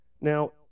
Now